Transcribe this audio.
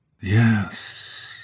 Yes